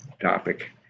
topic